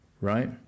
right